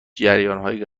جریانهای